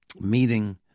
meeting